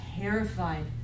terrified